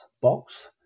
Box